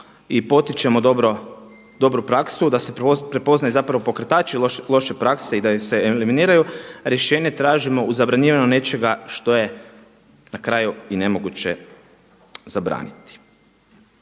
i potičemo dobru praksu, da se prepoznaje zapravo pokretači loše prakse i da ih se eliminiraju, rješenje tražimo u zabranjivanju nečega što je na kraju i nemoguće zabraniti.